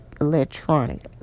electronic